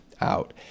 out